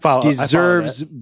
deserves